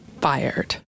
fired